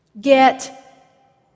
Get